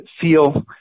feel